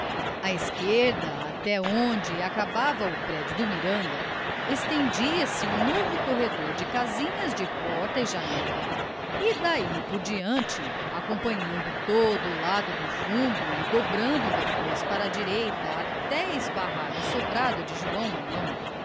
à esquerda até onde acabava o prédio do miranda estendia-se um novo correr de casinhas de porta e janela e daí por diante acompanhando todo o lado do fundo e dobrando depois para a direita até esbarrar no sobrado de joão romão